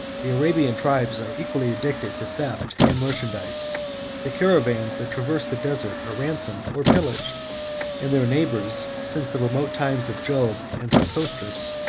the arabian tribes are equally addicted to theft and merchandise the caravans that traverse the desert are ransomed or pillaged and their neighbors, since the remote times of job and sesostris,